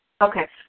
Okay